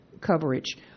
coverage